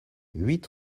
huit